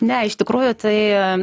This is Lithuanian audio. ne iš tikrųjų tai